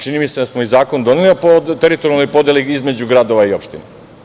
Čini mi se da smo i zakon doneli po teritorijalnoj podeli između gradova i opština.